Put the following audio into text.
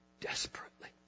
Desperately